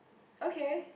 okay